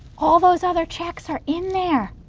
all those other checks are in there,